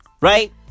Right